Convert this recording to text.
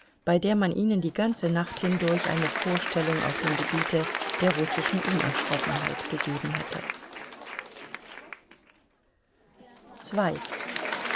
bei der man ihnen die ganze nacht hindurch eine vorstellung auf dem gebiete der russischen unerschrockenheit gegeben hatte